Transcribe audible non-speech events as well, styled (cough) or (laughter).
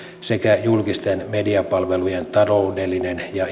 sekä julkisten mediapalvelujen taloudellinen ja (unintelligible)